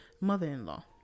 mother-in-law